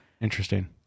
Interesting